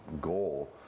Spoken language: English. goal